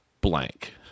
Blank